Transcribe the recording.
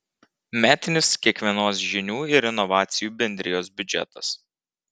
metinis kiekvienos žinių ir inovacijų bendrijos biudžetas